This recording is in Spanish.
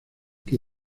que